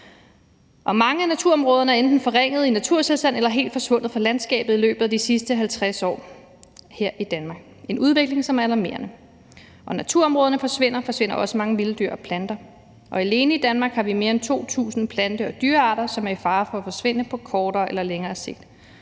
Mange af naturområderne er enten forringet, i naturstilstand eller helt forsvundet fra landskabet her i Danmark i løbet af de sidste 50 år. Det er en udvikling, som er alarmerende. Når naturområderne forsvinder, forsvinder også mange vilde dyr og planter. Alene i Danmark har vi mere end 2.000 plante- og dyrearter, som er i fare for at forsvinde på kortere eller længere sigt.